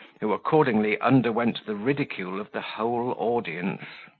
who accordingly underwent the ridicule of the whole audience.